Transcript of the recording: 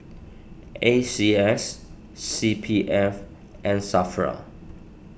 A C S C P F and Safra